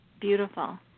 beautiful